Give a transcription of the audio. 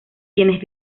quienes